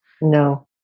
No